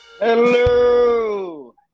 Hello